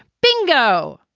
bingo.